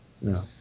No